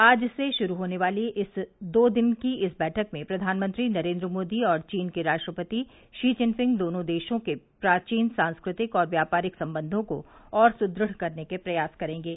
आज से शुरू होने वाली दो दिन की इस बैठक में प्रधानमंत्री नरेन्द्र मोदी और चीन के राष्ट्रपति थी विनफिंग दोनों देशों के प्राचीन सांस्कृतिक और व्यापारिक संबंधों को और सुदृढ़ करने के प्रयास करेंगे